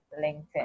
LinkedIn